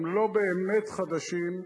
הם לא באמת חדשים,